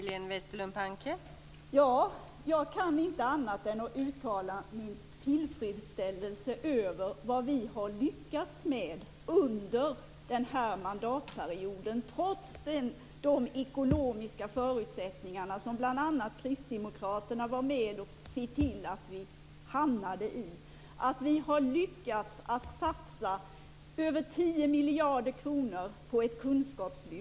Fru talman! Jag kan inte annat än att uttala min tillfredsställelse över det vi har lyckats med under denna mandatperiod, trots de ekonomiska förutsättningar som bl.a. kristdemokraterna såg till att vi hamnade i. Vi har lyckats satsa över 10 miljarder kronor på ett kunskapslyft.